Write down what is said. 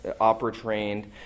opera-trained